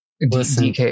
Listen